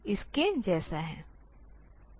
इसके जैसा है